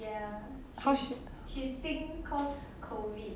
cause she